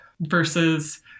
versus